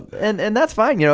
and and that's fine. you know